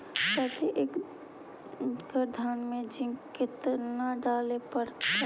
प्रती एकड़ धान मे जिंक कतना डाले पड़ताई?